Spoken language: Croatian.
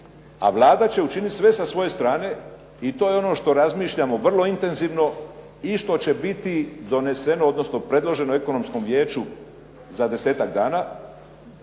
A Vlada će učiniti sve sa svoje strane i to je ono što razmišljamo vrlo intenzivno i što će biti doneseno, odnosno predloženo Ekonomskom vijeću za desetak dana,